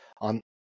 on